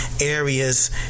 areas